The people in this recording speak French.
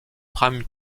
prime